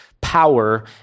power